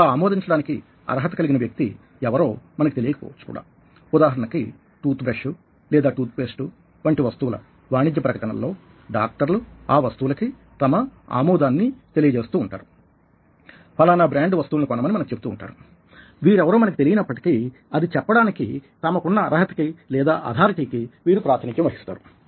అలా ఆమోదించడానికి అర్హత కలిగిన వ్యక్తి ఎవరో మనకి తెలియక పోవచ్చు కూడా ఉదాహరణకి టూత్ బ్రష్ లేదా టూత్ పేస్ట్ వంటి వస్తువుల వాణిజ్య ప్రకటనల్లో డాక్టర్లు ఆ వస్తువులకి తమ ఆమోదాన్ని తెలియజేస్తూ ఉంటారు ఫలానా బ్రాండ్ వస్తువుల్ని కొనమని మనకు చెబుతూ ఉంటారు వీరెవరో మనకు తెలియనప్పటికీ అది చెప్పడానికి తమకున్న అర్హత కి లేదా అధారిటీ కి వీరు ప్రాతినిధ్యం వహిస్తారు